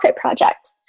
project